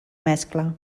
mescla